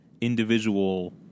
individual